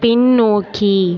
பின்னோக்கி